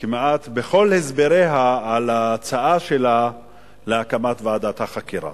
כמעט בכל הסבריה על ההצעה שלה להקמת ועדת החקירה.